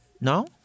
No